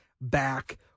back